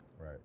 Right